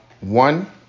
One